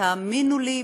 ותאמינו לי,